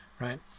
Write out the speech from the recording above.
right